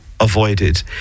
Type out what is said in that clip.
avoided